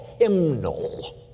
hymnal